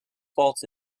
faults